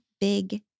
big